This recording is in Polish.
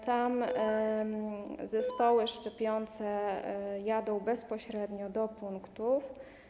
Tam zespoły szczepiące jadą bezpośrednio do punktów.